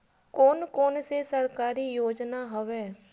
कोन कोन से सरकारी योजना हवय?